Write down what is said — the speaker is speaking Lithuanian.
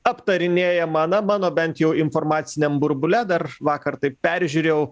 aptarinėjama na mano bent jau informaciniam burbule dar vakar taip peržiūrėjau